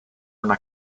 una